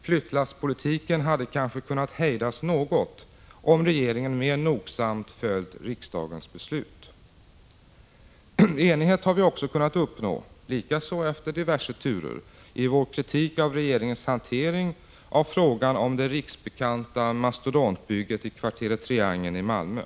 Flyttlasspolitiken hade kanske kunnat hejdas något om regeringen mer nogsamt följt riksdagens beslut. Enighet har vi också kunnat uppnå — likaså efter diverse turer — i vår kritik av regeringens hantering av frågan om det riksbekanta mastodontbygget i kvarteret Triangeln i Malmö.